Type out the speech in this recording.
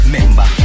Member